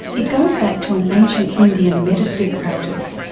it goes back to an ancient indian mediative practice.